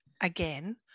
again